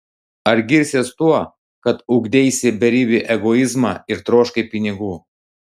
ar girsies tuo kad ugdeisi beribį egoizmą ir troškai pinigų